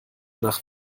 nach